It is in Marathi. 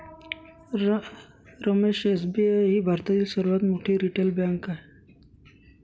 रमेश एस.बी.आय ही भारतातील सर्वात मोठी रिटेल बँक आहे